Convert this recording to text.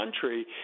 country